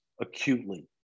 acutely